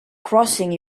crossing